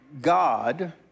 God